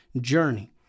journey